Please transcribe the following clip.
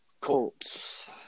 Colts